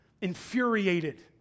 infuriated